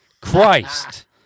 Christ